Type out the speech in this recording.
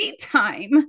time